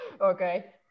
Okay